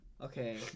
Okay